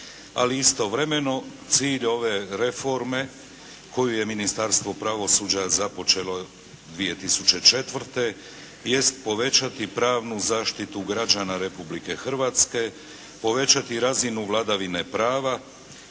Ali istovremeno cilj ove reforme koju je Ministarstvo pravosuđa započelo 2004. jest povećati pravnu zaštitu građana Republike Hrvatske, povećati razinu vladavine prava,